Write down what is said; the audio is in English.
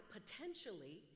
potentially